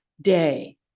day